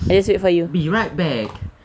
I just wait for you